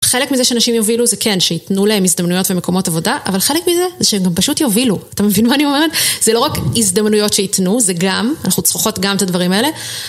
חלק מזה שאנשים יובילו זה כן, שהתנו להם הזדמנויות ומקומות עבודה, אבל חלק מזה זה שהם גם פשוט יובילו. אתה מבין מה אני אומרת? זה לא רק הזדמנויות שייתנו, זה גם, אנחנו צריכות גם את הדברים האלה.